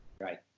Right